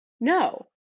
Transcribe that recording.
no